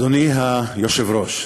אדוני היושב-ראש,